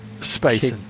space